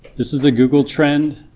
this is a google trend